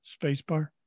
spacebar